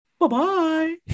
Bye-bye